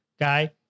guy